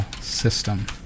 System